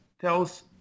tells